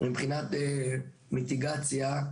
מבחינת מיטיגציה,